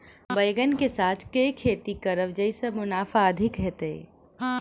बैंगन कऽ साथ केँ खेती करब जयसँ मुनाफा अधिक हेतइ?